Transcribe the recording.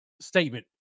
Statement